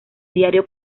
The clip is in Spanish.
diario